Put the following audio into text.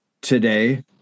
today